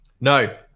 No